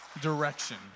direction